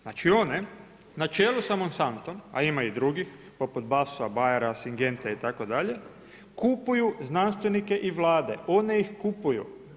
Znači ine na čelu sa Monstantom a ima i drugih poput Bassa, Bayera, Syngente itd. kupuju znanstvenike i vlade, one ih kupuju.